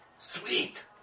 Sweet